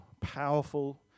powerful